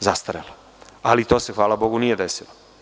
zastarela, ali to se nije desilo.